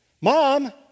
Mom